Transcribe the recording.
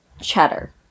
cheddar